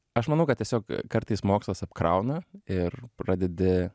aš manau kad tiesiog kartais mokslas apkrauna ir pradedi